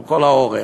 על כל האורך,